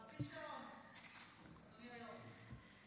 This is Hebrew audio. תדליק שעון, אדוני היו"ר.